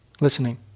listening